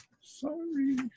Sorry